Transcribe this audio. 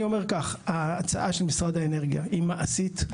אני אומר כך: ההצעה של משרד האנרגיה היא מעשית,